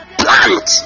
plant